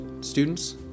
students